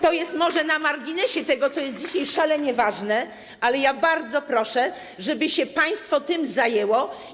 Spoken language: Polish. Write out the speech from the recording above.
To jest może na marginesie tego, co jest dzisiaj szalenie ważne, ale bardzo proszę, żeby państwo się tym zajęło.